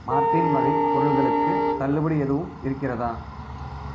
Mortein வகை பொருள்களுக்கு தள்ளுபடி எதுவும் இருக்கிறதா